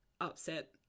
upset